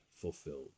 fulfilled